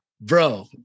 bro